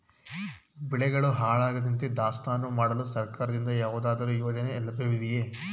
ಬೆಳೆಗಳು ಹಾಳಾಗದಂತೆ ದಾಸ್ತಾನು ಮಾಡಲು ಸರ್ಕಾರದಿಂದ ಯಾವುದಾದರು ಯೋಜನೆ ಲಭ್ಯವಿದೆಯೇ?